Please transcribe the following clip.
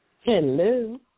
Hello